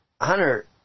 hundred